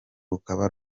rukaba